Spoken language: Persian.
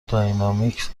داینامیکس